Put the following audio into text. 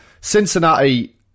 Cincinnati